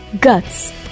Guts